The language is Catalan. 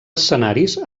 escenaris